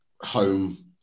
home